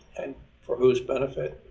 and for whose benefit?